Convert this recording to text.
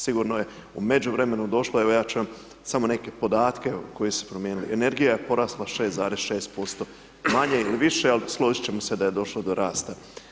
Sigurno je u međuvremenu došla, evo ja ću vam samo neke podatke koji su se promijenili, energija je porasla 6,6%, manje ili više ali složiti ćemo se da je došlo do rasta.